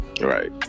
Right